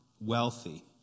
wealthy